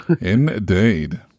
indeed